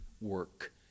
work